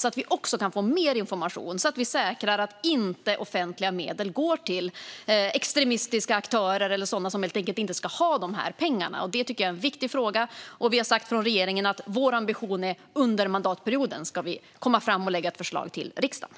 Då kan vi också få mer information så att vi säkrar att offentliga medel inte går till extremistiska aktörer eller sådana som helt enkelt inte ska ha de här pengarna. Det tycker jag är en viktig fråga. Vi har sagt från regeringen att vår ambition är att vi under mandatperioden ska komma fram med detta och lägga ett förslag till riksdagen.